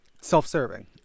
self-serving